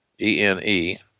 E-N-E